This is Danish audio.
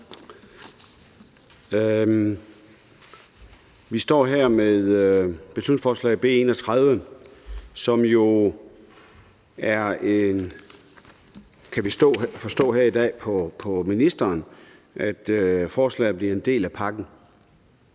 Vi står her med beslutningsforslag B 31, som jo – kan vi forstå her i dag på ministeren – bliver en del af pakken,